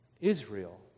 Israel